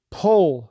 pull